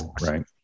right